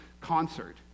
concert